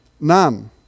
None